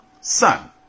son